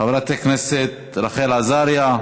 חברת הכנסת רחל עזריה,